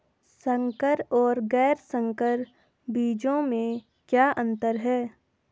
संकर और गैर संकर बीजों में क्या अंतर है?